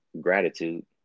gratitude